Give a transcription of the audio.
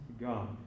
God